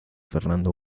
fernando